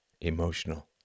emotional